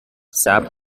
sap